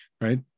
right